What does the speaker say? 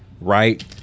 right